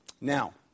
Now